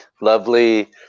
Lovely